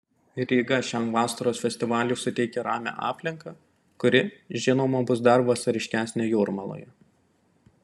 ryga šiam vasaros festivaliui suteikia ramią aplinką kuri žinoma bus dar vasariškesnė jūrmaloje